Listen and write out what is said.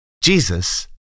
Jesus